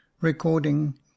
Recording